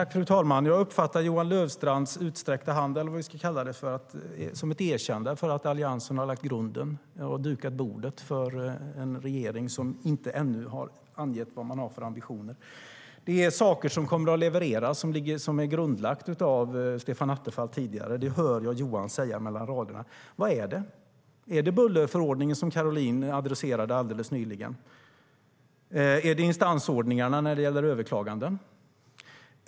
Fru talman! Jag uppfattar Johan Löfstrands utsträckta hand eller vad vi ska kalla det som ett erkännande för att Alliansen har lagt grunden och dukat bordet för en regering som ännu inte har angett vad den har för ambitioner. Det är saker som kommer att levereras som har grundlagts av Stefan Attefall tidigare. Det hör jag Johan säga mellan raderna. Vad är det? Är det bullerförordningen som Caroline adresserade alldeles nyss? Är det instansordningarna när det gäller överklaganden?